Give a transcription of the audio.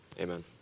Amen